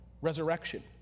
resurrection